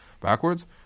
backwards